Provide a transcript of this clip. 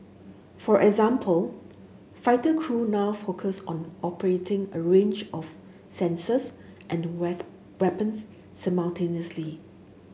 for example fighter crew now focus on operating a range of sensors and red weapons simultaneously